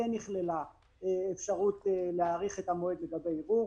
כן נכללה האפשרות להאריך את המועד לגבי ערעור.